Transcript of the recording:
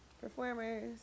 performers